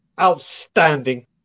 outstanding